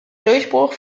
durchbruch